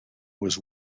was